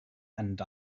and